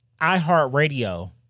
iHeartRadio